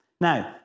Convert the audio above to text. Now